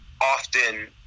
often